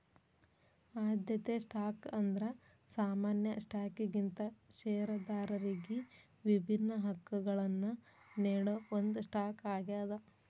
ಆದ್ಯತೆ ಸ್ಟಾಕ್ ಅಂದ್ರ ಸಾಮಾನ್ಯ ಸ್ಟಾಕ್ಗಿಂತ ಷೇರದಾರರಿಗಿ ವಿಭಿನ್ನ ಹಕ್ಕಗಳನ್ನ ನೇಡೋ ಒಂದ್ ಸ್ಟಾಕ್ ಆಗ್ಯಾದ